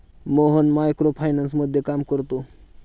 Mohan micro फायनान्समध्ये काम करतो